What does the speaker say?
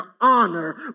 honor